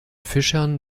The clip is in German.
fischern